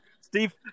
Steve